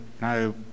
no